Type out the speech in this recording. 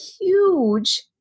huge